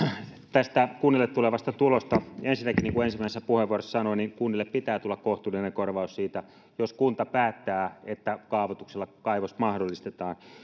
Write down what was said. tästä kunnille tulevasta tulosta ensinnäkin niin kuin ensimmäisessä puheenvuorossani sanoin kunnille pitää tulla kohtuullinen korvaus siitä jos kunta päättää että kaavoituksella kaivos mahdollistetaan